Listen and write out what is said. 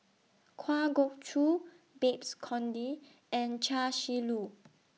Kwa Geok Choo Babes Conde and Chia Shi Lu